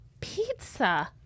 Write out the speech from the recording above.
pizza